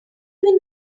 even